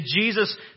Jesus